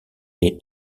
est